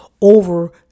over